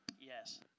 Yes